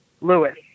Lewis